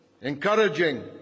encouraging